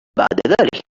بعد